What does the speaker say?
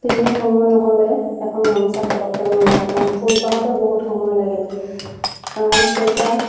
তিনিদিন সময় নহ'লে এখন গামোচা পতককৈ নোলায় কাৰণ ফুলপাহতে বহুত সময় লাগে কাৰণ ফুলপাহ